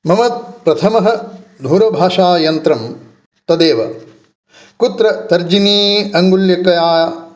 मम प्रथमं दूरभाषायन्त्रं तदेव कुत्र तर्जिनी अङ्गुल्यकया